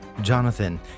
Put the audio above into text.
Jonathan